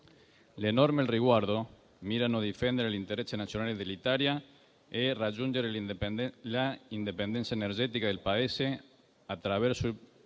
Le norme al riguardo mirano a difendere l'interesse nazionale dell'Italia e a raggiungere l'indipendenza energetica del Paese, attraverso il